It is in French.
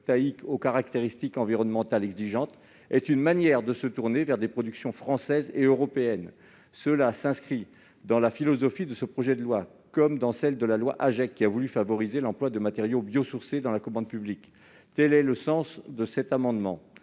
photovoltaïques aux caractéristiques environnementales exigeantes est une manière de se tourner vers les productions françaises et européennes. Cela s'inscrit dans la philosophie de ce projet de loi, comme dans celle de la loi AGEC qui a voulu favoriser l'emploi de matériaux biosourcés dans la commande publique. Quel est l'avis de la commission